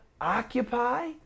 occupy